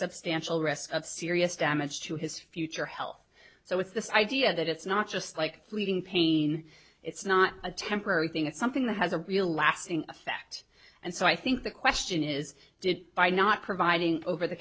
substantial risk of serious damage to his future health so with this idea that it's not just like leaving pain it's not a temporary thing it's something that has a real lasting effect and so i think the question is did by not providing over the